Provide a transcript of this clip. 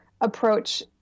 approach